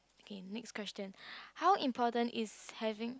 okay next question how important is having